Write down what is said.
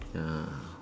ya